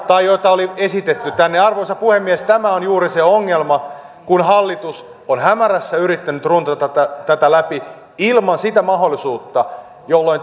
tai joita oli esitetty tänne korjattiin viime viikon ponsilla arvoisa puhemies tämä on juuri se ongelma kun hallitus on hämärässä yrittänyt runtata tätä tätä läpi ilman sitä mahdollisuutta